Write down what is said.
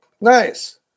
Nice